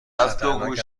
خطرناک